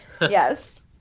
Yes